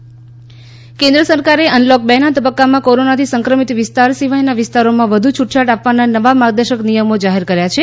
unlock કેન્ક કેન્દ્ર સરકારે અનલોક બેના તબક્કામાં કોરોનાથી સંક્રમિત વિસ્તાર સિવાયના વિસ્તારોમાં વધુ છૂટછાટ આપવાના નવા માર્ગદર્શક નિયમો જાહેર કર્યા છે